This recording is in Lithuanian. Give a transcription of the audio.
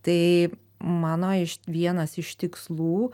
tai mano iš vienas iš tikslų